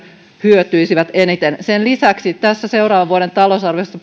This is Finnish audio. hyötyisivät eniten sen lisäksi tässä seuraavan vuoden talousarviossa